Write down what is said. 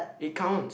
it counts